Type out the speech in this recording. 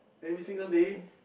every single day